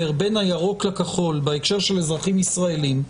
בין הירוק לכחול בהקשר של אזרחים ישראלים,